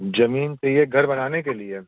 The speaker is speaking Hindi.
ज़मीन चाहिए घर बनाने के लिए